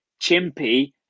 Chimpy